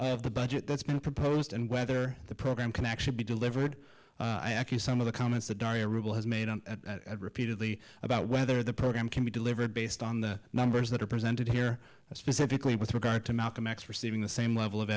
of the budget that's been proposed and whether the program can actually be delivered i ask you some of the comments that daria ruble has made a repeatedly about whether the program can be delivered based on the numbers that are presented here specifically with regard to malcolm x receiving the same level of